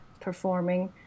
performing